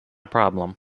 problem